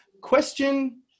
Question